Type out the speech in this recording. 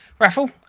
raffle